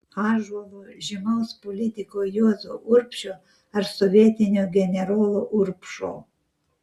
ąžuolo žymaus politiko juozo urbšio ar sovietinio generolo urbšo